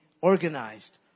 organized